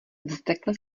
vztekle